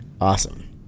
Awesome